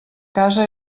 casa